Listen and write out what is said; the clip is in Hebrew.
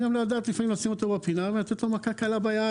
לדעת איפה לשים אותם בפינה ולתת לו מכה קלה ביד